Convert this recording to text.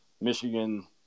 Michigan